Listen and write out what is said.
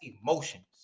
emotions